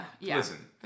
listen